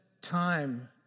time